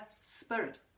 Spirit